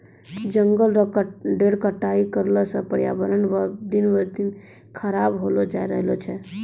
जंगल रो ढेर कटाई करला सॅ पर्यावरण दिन ब दिन खराब होलो जाय रहलो छै